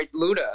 Luda